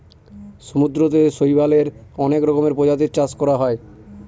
সমুদ্রতে শৈবালের অনেক রকমের প্রজাতির চাষ করা হয়